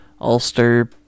Ulster